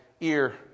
ear